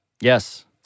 Yes